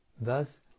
Thus